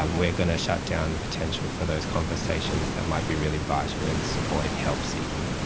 um we are going to shut down the potential for those conversations that might be really vital in supporting help-seeking.